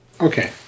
Okay